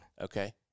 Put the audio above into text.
Okay